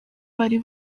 bari